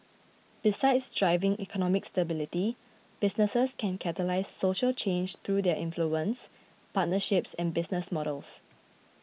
besides driving economic stability businesses can catalyse social change through their influence partnerships and business models